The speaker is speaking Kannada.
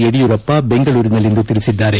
ಯಡಿಯೂರಪ್ಪ ಬೆಂಗಳೂರಿನಲ್ಲಿಂದು ತಿಳಿಸಿದರು